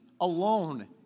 alone